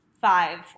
five